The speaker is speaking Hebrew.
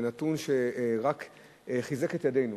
זה נתון שרק חיזק את ידינו